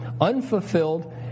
unfulfilled